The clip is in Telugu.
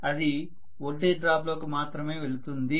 అది వోల్టేజ్ డ్రాప్లోకి మాత్రమే వెళుతుంది